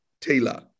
Taylor